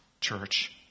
church